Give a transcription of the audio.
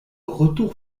retour